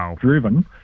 driven